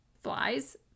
Flies